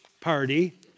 party